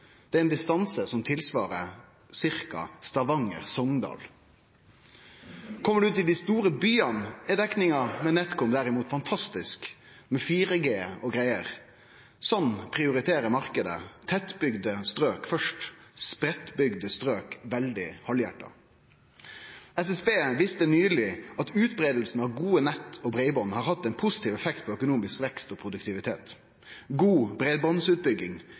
Det er ein distanse som svarar til ca. avstanden mellom Stavanger og Sogndal. Kjem ein til dei store byane, er dekninga med NetCom derimot fantastisk, med 4G og greier. Sånn prioriterer marknaden tettbygde strøk først – spreiddbygde strøk veldig halvhjarta. SSB viste nyleg at utbreiinga av gode nett og breiband har hatt ein positiv effekt på økonomisk vekst og produktivitet. God